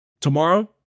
Tomorrow